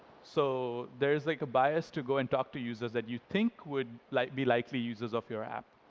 so there's, like, a bias to go and talk to users that you think would like be likely users of your app.